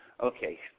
okay